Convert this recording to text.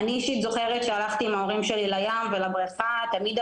אני אישית זוכרת שתמיד שהלכתי עם ההורים